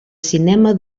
cinema